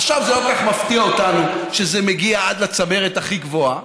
עכשיו זה לא כל כך מפתיע אותנו שזה מגיע עד לצמרת הכי גבוהה,